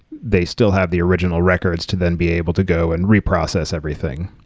they still have the original records to then be able to go and reprocess everything.